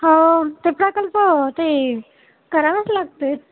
हो ते प्रकल्प ते करावेच लागतात